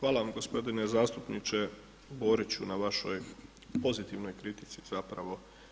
Hvala vam gospodine zastupniče Boriću na vašoj pozitivnoj kritici zapravo.